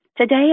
Today